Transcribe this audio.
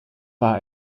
war